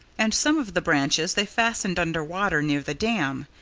and some of the branches they fastened under water, near the dam.